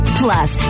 plus